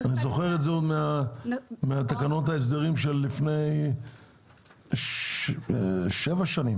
אני זוכרת את זה עוד מתקנות ההסדרים שלפני שבע שנים,